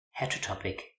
heterotopic